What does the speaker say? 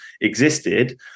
existed